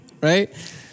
right